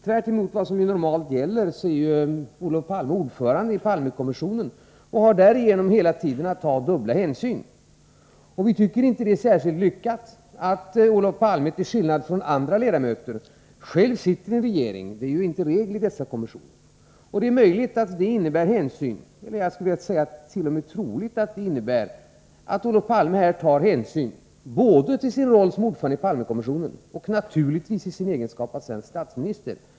Tvärtemot vad som normalt gäller är Olof Palme ordförande i Palmekommis sionen och har därigenom hela tiden att ta dubbla hänsyn. Vi tycker inte att det är särskilt lyckat att Olof Palme, till skillnad från andra ledamöter, själv sitter i en regering — det är ju inte regel i dessa kommissioner. Det är möjligt, t.o.m. troligt, att detta innebär att Olof Palme här tar hänsyn till både sin roll som ordförande i Palmekommissionen och naturligtvis sin egenskap av svensk statsminister.